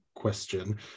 question